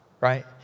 right